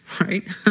right